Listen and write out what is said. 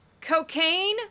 Cocaine